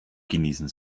genießen